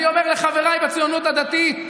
אני אומר לחבריי בציונות הדתית: